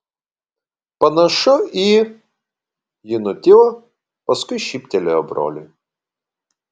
panašu į ji nutilo paskui šyptelėjo broliui